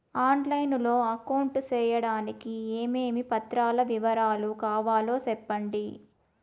On line లో account సేయడానికి ఏమేమి పత్రాల వివరాలు కావాలో సెప్పండి?